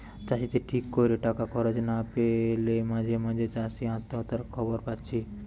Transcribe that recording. চাষিদের ঠিক কোরে টাকা খরচ না পেলে মাঝে মাঝে চাষি আত্মহত্যার খবর পাচ্ছি